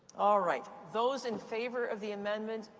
all right. those in favor of the amendment,